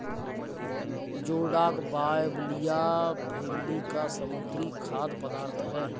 जोडाक बाइबलिया फैमिली का समुद्री खाद्य पदार्थ है